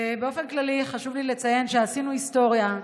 באופן כללי חשוב לי לציין שעשינו היסטוריה: